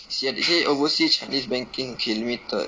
you see ah they say overseas chinese banking okay limited